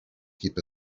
keep